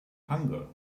hunger